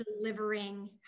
delivering